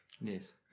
yes